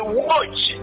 watch